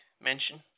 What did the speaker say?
mention